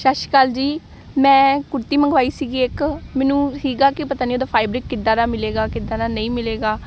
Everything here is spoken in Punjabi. ਸਤਿ ਸ਼੍ਰੀ ਅਕਾਲ ਜੀ ਮੈਂ ਕੁੜਤੀ ਮੰਗਵਾਈ ਸੀਗੀ ਇੱਕ ਮੈਨੂੰ ਸੀਗਾ ਕਿ ਪਤਾ ਨਹੀਂ ਉਹਦਾ ਫਾਈਬਰਿਕ ਕਿੱਦਾਂ ਦਾ ਮਿਲੇਗਾ ਕਿੱਦਾਂ ਦਾ ਨਹੀਂ ਮਿਲੇਗਾ